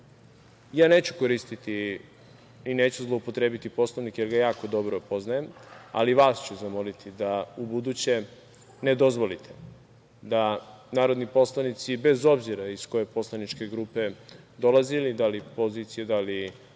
neću koristiti i neću zloupotrebiti Poslovnik, jer ga jako dobro poznajem, ali vas ću zamoliti da ubuduće ne dozvolite da narodni poslanici, bez obzira iz koje poslaničke grupe dolazili, da li pozicije da li